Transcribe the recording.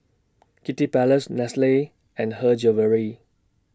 Kiddy Palace Nestle and Her Jewellery